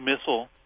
missile